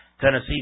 Tennessee